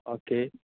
okay